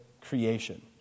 creation